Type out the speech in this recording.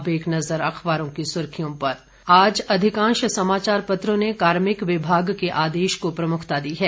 अब एक नजर अखबारों की सुर्खियों पर आज अधिकांश समाचार पत्रों ने कार्मिक विभाग के आदेश को प्रमुखता दी है